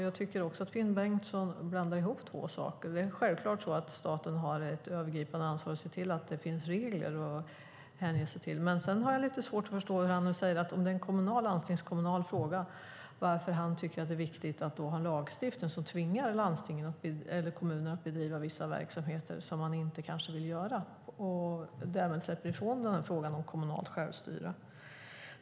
Jag tycker också att Finn Bengtsson blandar ihop två saker. Självklart har staten ett övergripande ansvar att se till att det finns regler att hålla sig till. Men jag har lite svårt att förstå, när han nu säger att det är en kommunal och landstingskommunal fråga, varför han tycker att det är viktigt att ha en lagstiftning som tvingar landstingen eller kommunerna att bedriva vissa verksamheter som de kanske inte vill göra. Därmed släpper man frågan om kommunalt självstyre.